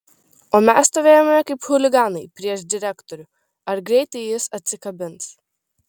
o mes stovėjome kaip chuliganai prieš direktorių ar greitai jis atsikabins